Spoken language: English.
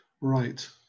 Right